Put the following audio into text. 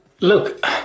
Look